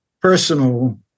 personal